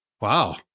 Wow